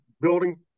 building